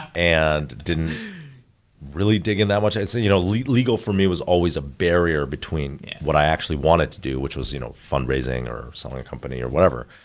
and didn't really dig in that much. i'd say you know legal legal for me was always a barrier between what i actually wanted to do, which was you know fundraising or selling a company or whatever.